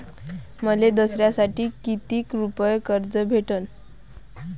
मले दसऱ्यासाठी कितीक रुपये कर्ज भेटन?